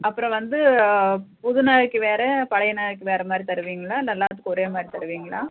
அப்புறம் வந்து புது நகைக்கு வேறு பழைய நகைக்கு வேறு மாதிரி தருவீங்களா இல்லை எல்லாத்துக்கும் ஒரே மாதிரி தருவீங்களா